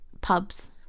pubs